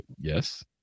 yes